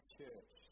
church